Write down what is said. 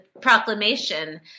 Proclamation